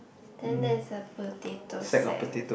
then there's a potato sack